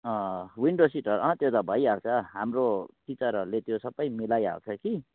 window seater अँ त्यो त भइहाल्छ हाम्रो टिचरहरूले त्यो सबै मिलाइहाल्छ कि